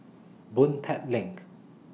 Boon Tat LINK